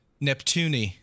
Neptune